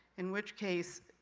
in which case,